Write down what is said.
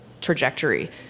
trajectory